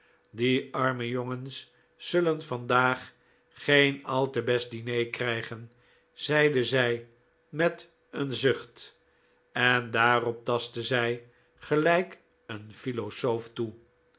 die arme jongens zullen vandaag geen al te best diner krijgen zeide zij met een zucht en daarop tastte zij gelijk een philosoof toe